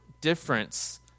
difference